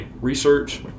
research